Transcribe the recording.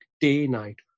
day-night